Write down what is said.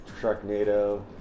Sharknado